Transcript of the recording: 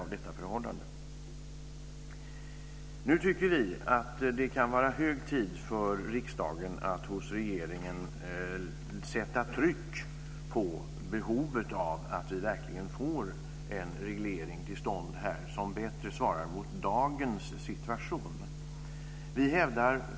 Vi tycker att det nu kan vara hög tid för riksdagen att hos regeringen sätta tryck bakom behovet av att vi verkligen får till stånd en reglering som bättre svarar mot dagens situation. Fru talman!